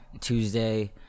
Tuesday